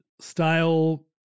style